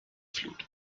flut